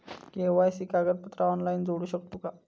KYC कागदपत्रा online जोडू शकतू का?